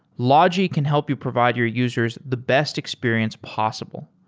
logi can help you provide your users the best experience possible.